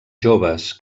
joves